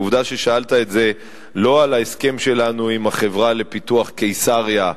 עובדה שלא שאלת את זה על ההסכם שלנו עם "החברה לפיתוח קיסריה"